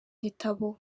gitabo